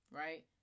right